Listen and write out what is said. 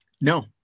no